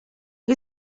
who